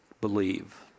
believe